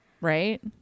Right